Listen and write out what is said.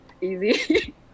easy